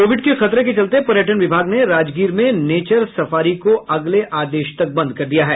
Covid के खतरे के चलते पर्यटन विभाग ने राजगीर में नेचर सफारी को अगले आदेश तक बंद कर दिया है